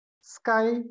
Sky